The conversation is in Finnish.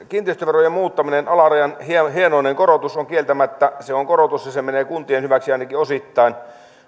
kiinteistöverojen muuttaminen alarajan hienoinen korotus on kieltämättä korotus ja se menee kuntien hyväksi ainakin osittain